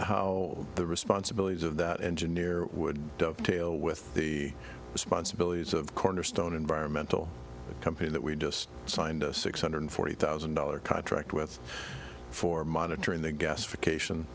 how the responsibilities of that engineer would dovetail with the responsibilities of cornerstone environmental company that we just signed a six hundred forty thousand dollars contract with for monitoring the gasification